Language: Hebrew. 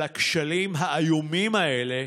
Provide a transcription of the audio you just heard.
אבל שהמשמעת העצמית תהיה מקסימלית.